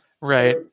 Right